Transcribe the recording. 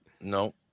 no